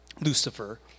Lucifer